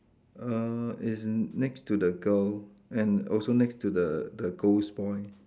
err it's in next to the girl and also next to the the ghost boy